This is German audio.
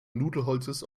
nudelholzes